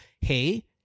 hey